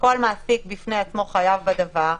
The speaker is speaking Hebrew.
וכל מעסיק בפני עצמו חייב בדבר.